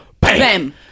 Bam